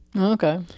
Okay